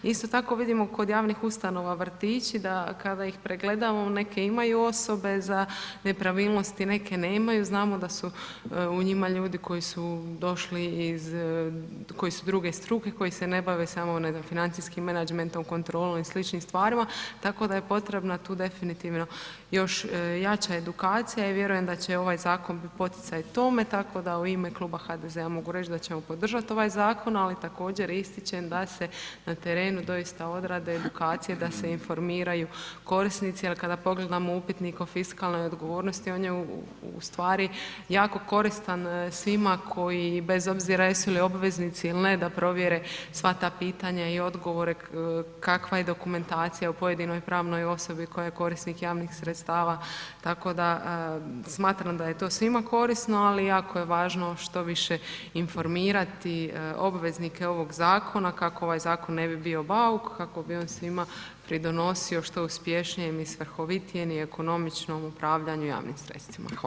Isto tako, vidimo kod javnih ustanova, vrtići da kada ih pregledavamo, neke imaju osobe za nepravilnosti, neke nemaju, znamo da su u njima ljudi koji su druge struke, koji se ne bave samo ne znam, financijskim menadžmentom, kontrolom i sl. stvarima tako da je potrebna tu definitivno još jača edukacija i vjerujem da će ovaj zakon biti poticaj tome tako da u ime kluba HDZ-a mogu reći da ćemo podržati ovaj zakon ali također ističem da se na terenu doista odrade edukacije da se informiraju korisnici jer kada pogledamo upitnik o fiskalnoj odgovornosti, on je ustvari jako koristan svima koji bez obzira jesu li obveznici ili ne, da provjere sva ta pitana i odgovore, kakva je dokumentacija u pojedinoj pravnoj osobi koja je korisnik javih sredstava tako da smatram da je to svima korisno ali jako je važno što više informirati obveznike ovog zakona kako ovaj zakon ne bi bio bauk, kako bi on svima pridonosi što uspješnijem i svrhovitijem i ekonomičnom upravljanju javnim sredstvima, hvala.